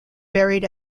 buried